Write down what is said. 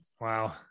Wow